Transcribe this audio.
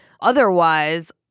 Otherwise